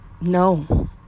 no